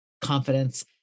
confidence